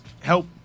Help